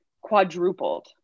quadrupled